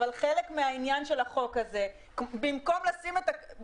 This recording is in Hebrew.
אבל חלק מהעניין של החוק הזה הוא שבמקום -- אני